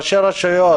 ראשי הרשויות